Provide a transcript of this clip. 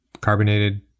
carbonated